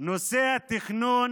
נושא התכנון